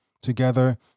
Together